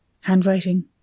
Handwriting